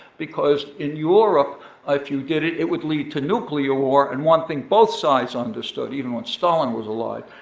because in europe ah if you did it, it would lead to nuclear war. and one thing both sides understood, even when stalin was alive,